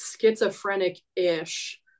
schizophrenic-ish